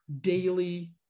daily